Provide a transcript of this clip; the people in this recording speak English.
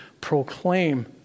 proclaim